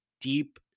deep